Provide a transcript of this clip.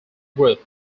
group